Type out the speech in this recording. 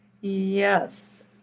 Yes